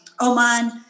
Oman